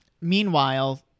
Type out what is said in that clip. meanwhile